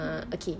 mmhmm